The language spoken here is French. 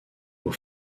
aux